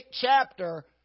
chapter